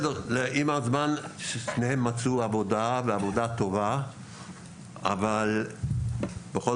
עם הזמן שני ההורים מצאו עבודה טובה אבל בכל